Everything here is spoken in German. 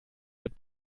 mit